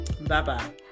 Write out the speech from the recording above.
Bye-bye